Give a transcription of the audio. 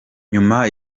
nyuma